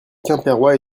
quimpérois